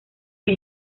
que